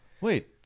Wait